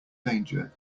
danger